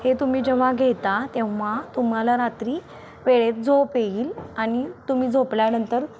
हे तुम्ही जेव्हा घेता तेव्हा तुम्हाला रात्री वेळेत झोप येईल आणि तुम्ही झोपल्यानंतर